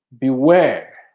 Beware